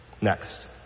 next